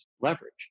leverage